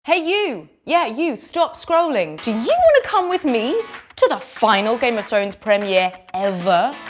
hey, you! yeah, you. stop scrolling. do you want to come with me to the final game of thrones premiere ever?